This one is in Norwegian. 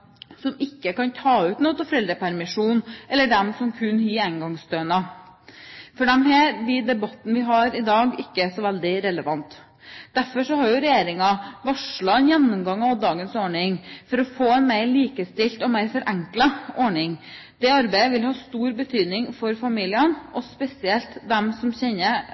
som ikke kan ta ut noe av foreldrepermisjonen, eller dem som kun har engangsstønad. For dem blir den debatten vi har i dag, ikke så veldig relevant. Derfor har regjeringen varslet en gjennomgang av dagens ordning for å få en mer likestilt og mer forenklet ordning. Det arbeidet vil ha stor betydning for familiene og spesielt for dem som kjenner,